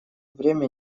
время